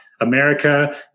America